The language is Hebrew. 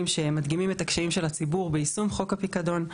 שמדגימים את הקשיים של הציבור ביישום חוק הפיקדון.